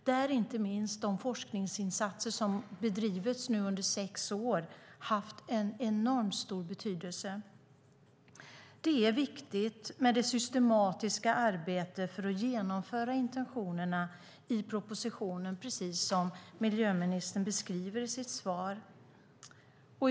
Där har inte minst den forskning som nu bedrivits under sex år haft enormt stor betydelse. Det systematiska arbetet är viktigt för att genomföra intentionerna i propositionen, precis som miljöministern beskriver i sitt svar.